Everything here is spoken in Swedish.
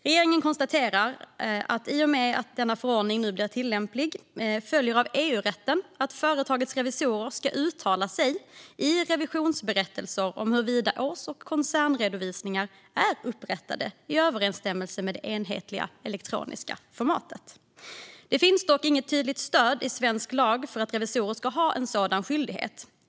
Regeringen konstaterar att det i och med att den förordningen blir tillämplig följer av EU-rätten att företagets revisor ska uttala sig i revisionsberättelser om huruvida års och koncernredovisningar är upprättade i överensstämmelse med det enhetliga elektroniska formatet. Det finns dock inget tydligt stöd i svensk lag för att revisorer ska ha en sådan skyldighet.